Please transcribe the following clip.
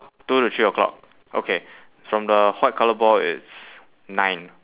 two to three O clock okay from the white colour ball it's nine